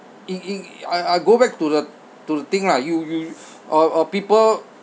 it it I I go back to the to the thing lah you you uh uh people